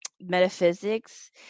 metaphysics